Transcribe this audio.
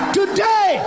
today